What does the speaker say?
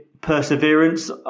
perseverance